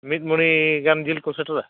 ᱢᱤᱫ ᱢᱩᱲᱤ ᱜᱟᱱ ᱡᱤᱞ ᱠᱚ ᱥᱮᱴᱮᱨᱟ